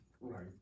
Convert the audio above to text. Right